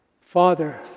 Father